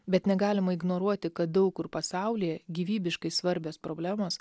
bet negalima ignoruoti kad daug kur pasaulyje gyvybiškai svarbios problemos